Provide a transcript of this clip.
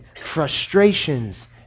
frustrations